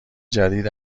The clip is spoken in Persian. جدید